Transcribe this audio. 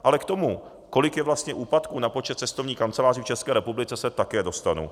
Ale k tomu, kolik je vlastně úpadků na počet cestovních kanceláří v České republice, se také dostanu.